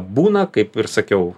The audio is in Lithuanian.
būna kaip ir sakiau